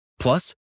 Plus